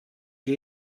que